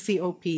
COP